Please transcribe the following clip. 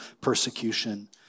persecution